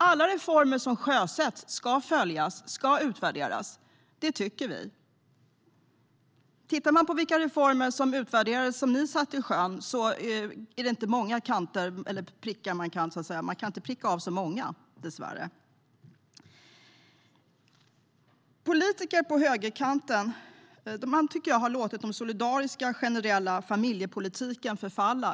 Alla reformer som sjösätts ska följas och utvärderas, tycker vi. Om man tittar på vilka av den förra regeringens sjösatta reformer som har utvärderats ser man dessvärre inte många man kan pricka av. Politiker på högerkanten tycker jag har låtit den solidariska generella familjepolitiken förfalla.